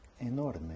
enorme